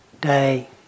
day